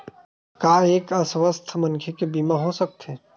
का एक अस्वस्थ मनखे के बीमा हो सकथे?